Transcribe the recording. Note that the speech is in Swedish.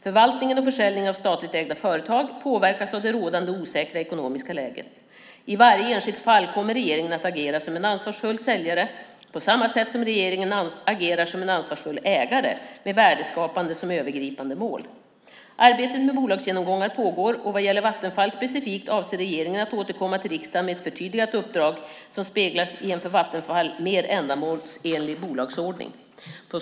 Förvaltningen och försäljningen av statligt ägda företag påverkas av det rådande osäkra ekonomiska läget. I varje enskilt fall kommer regeringen att agera som en ansvarsfull säljare, på samma sätt som regeringen agerar som en ansvarsfull ägare, med värdeskapande som övergripande mål. Arbetet med bolagsgenomgångar pågår, och vad gäller Vattenfall specifikt avser regeringen att återkomma till riksdagen med ett förtydligat uppdrag som speglas i en för Vattenfall mer ändamålsenligt bolagsordning.